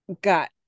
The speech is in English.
got